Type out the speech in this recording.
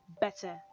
better